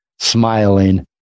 smiling